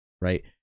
right